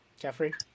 Jeffrey